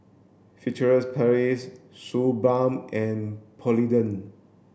Furtere Paris Suu Balm and Polident